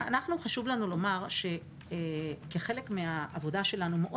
חשוב לנו לומר שכחלק מהעבודה שלנו מאוד